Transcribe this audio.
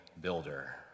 builder